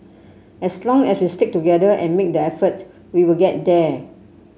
as long as we stick together and make the effort we will get there